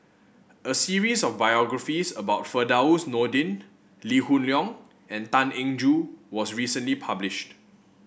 a series of biographies about Firdaus Nordin Lee Hoon Leong and Tan Eng Joo was recently published